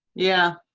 yeah,